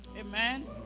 Amen